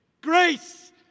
grace